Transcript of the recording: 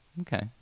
Okay